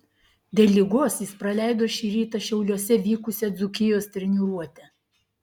dėl ligos jis praleido šį rytą šiauliuose vykusią dzūkijos treniruotę